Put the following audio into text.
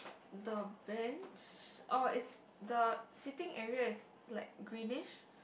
the bench orh it's the sitting area is like greenish